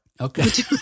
Okay